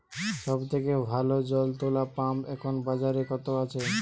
সব থেকে ভালো জল তোলা পাম্প এখন বাজারে কত আছে?